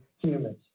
humans